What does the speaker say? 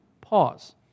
pause